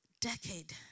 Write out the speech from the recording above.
decade